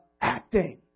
acting